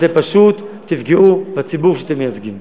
אתם פשוט תפגעו בציבור שאתם מייצגים.